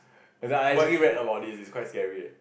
cause I thinking back about this is quite scary eh